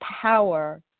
power